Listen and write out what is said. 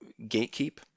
gatekeep